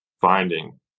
finding